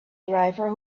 driver